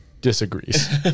disagrees